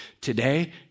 Today